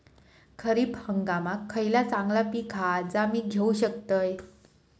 खरीप हंगामाक खयला चांगला पीक हा जा मी घेऊ शकतय?